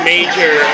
Major